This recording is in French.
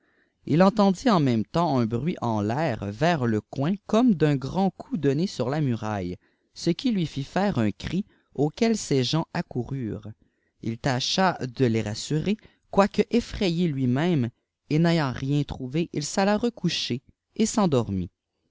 il entendit en même temps un bruit en tair vers le coin comme d'un grand coup donné sur la muraille ce qui lui fit faire un cri auquel ses gens accoururent il tacha de les rassurer quoique effrayé lui-même et n'ayant rien trouvé il s'alla recoucher et s